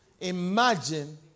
Imagine